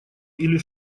или